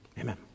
Amen